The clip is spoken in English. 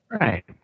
Right